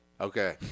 Okay